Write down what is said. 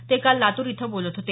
ते काल लातूर इथं बोलत होते